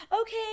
okay